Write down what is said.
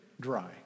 dry